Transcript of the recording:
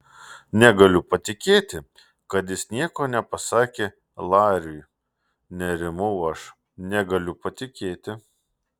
negaliu patikėti kad jis nieko nepasakė lariui nerimau aš negaliu patikėti